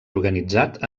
organitzat